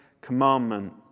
commandment